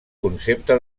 concepte